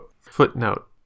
Footnote